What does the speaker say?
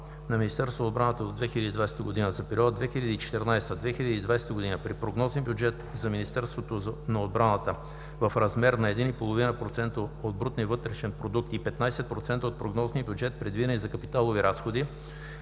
на Министерството на отбраната до 2020 г., за периода 2014 – 2020 г., при прогнозен бюджет за Министерството на отбраната в размер на 1,50% от БВП и 15% от прогнозния бюджет, предвидени за капиталови разходи,